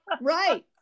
Right